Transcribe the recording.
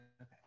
Okay